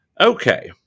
Okay